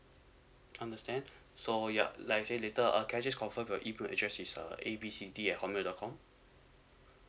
understand so yup like I say later uh can I just confirm your email address is uh A B C D at hotmail dot com